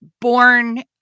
born